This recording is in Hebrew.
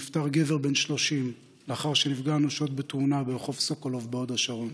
נפטר גבר בן 30 לאחר שנפגע אנושות בתאונה ברחוב סוקולוב בהוד השרון.